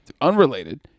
unrelated